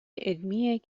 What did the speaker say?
علمی